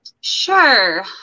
Sure